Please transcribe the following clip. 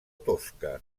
tosca